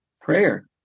prayer